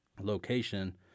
location